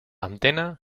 antena